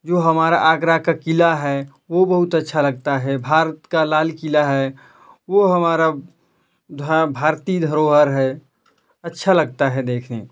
जो हमारा आगरा का किला है वह बहुत अच्छा लगता है भारत का लाल किला है वह हमारा धा भारतीय धरोहर है अच्छा लगता है देखने